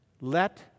let